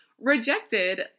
rejected